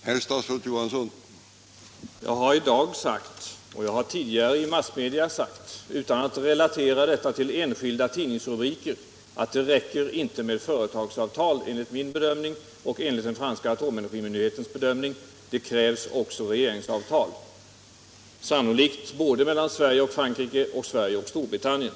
Herr talman! Jag har sagt tidigare i massmedia och här i dag — utan att relatera detta till enskilda tidningsrubriker — att det enligt min bedömning och enligt den franska atomenergimyndighetens bedömning inte räcker med företagsavtal; det krävs också regeringsavtal, sannolikt både mellan Sverige och Frankrike och mellan Sverige och Storbritannien.